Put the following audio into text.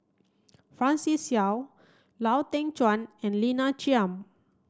Francis Seow Lau Teng Chuan and Lina Chiam